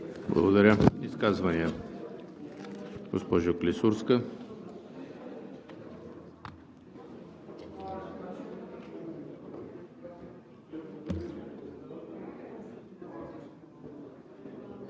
Благодаря. Изказвания? Госпожо Клисурска,